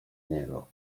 niego